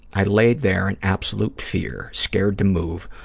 i laid there in absolute fear, scared to move,